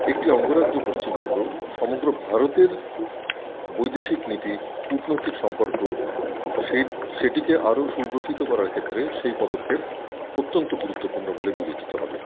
একটি অঙ্গরাজ্য পশ্চিমবঙ্গ সমগ্র ভারতের বৈদেশিক নীতি কূটনৈতিক সম্পর্ক সে সেটিকে আরও সুগ্রথিত করার ক্ষেত্রে সেই পদক্ষেপ অত্যন্ত গুরুত্বপূর্ণ বলে বিবেচিত হবে